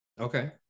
okay